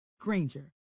Granger